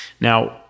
now